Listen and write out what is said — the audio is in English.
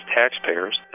taxpayers